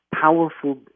powerful